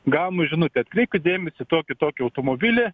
gaunu žinutę atkreipkit dėmesį į tokį tokį automobilį